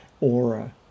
aura